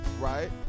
right